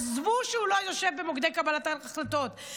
עזבו שהוא לא יושב במוקדי קבלת ההחלטות,